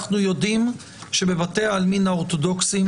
אנחנו יודעים שבבתי העלמין האורתודוקסים